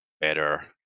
better